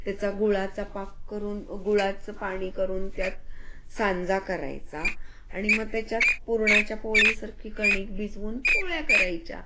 त्याचा गुळाचा पाक करून गुळाचं पाणी करून त्यात सांजा करायचा आणि मग त्याच्यात पुरणाच्या पोळी सारखी गणिक भिजवून पोळ्या करायच्या